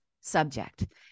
subject